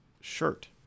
shirt